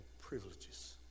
privileges